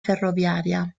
ferroviaria